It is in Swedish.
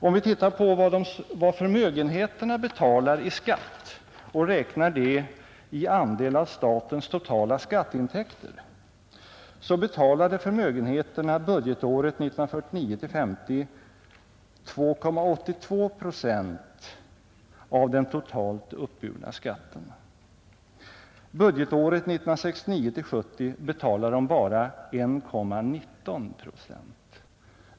Om vi ser på vad förmögenheterna betalar i skatt och räknar det i andel av statens totala skatteintäkter, finner vi att förmögenheterna budgetåret 1949 70 betalade de bara 1,19 procent.